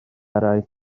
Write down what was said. eraill